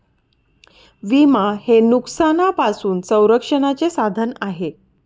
विमा हे नुकसानापासून संरक्षणाचे साधन आहे